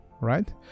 right